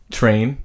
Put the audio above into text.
train